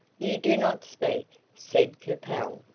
you do not speak, said capel.